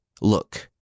Look